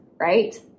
right